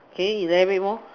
can you elaborate more